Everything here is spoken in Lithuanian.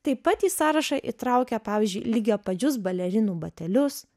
taip pat į sąrašą įtraukia pavyzdžiui lygiapadžius balerinų batelius